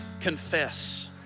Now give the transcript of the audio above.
confess